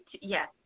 yes